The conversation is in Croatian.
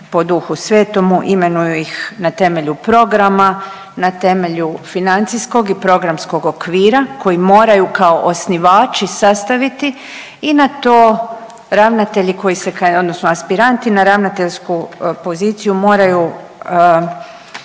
po Duhu Svetomu, imenuju ih na temelju programa, na temelju financijskog i programskog okvira koji moraju kao osnivači sastaviti i na to ravnatelji koji se odnosno aspiranti na ravnateljsku poziciju moraju